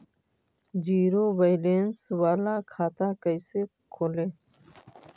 Zero balance बाला खाता कैसे खोले?